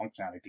functionality